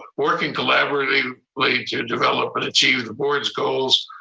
working collaboratively like to develop and achieve the board's goals,